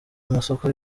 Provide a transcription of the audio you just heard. masoko